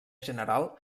general